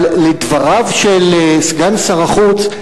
אבל לדבריו של סגן שר החוץ,